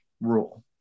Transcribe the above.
rule